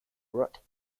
rote